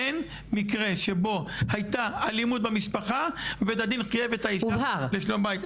אין מקרה שבו הייתה אלימות במשפחה ובית הדין חייב את האישה לשלום בית.